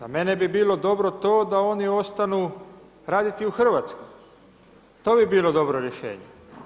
Za mene bi bilo dobro to, da oni ostanu raditi u Hrvatskoj, to bi bilo dobro rješenje.